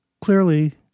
Clearly